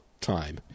time